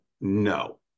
No